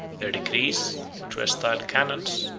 their decrees, which were styled canons,